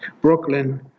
Brooklyn